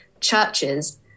churches